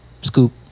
Scoop